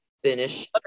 Finish